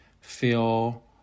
feel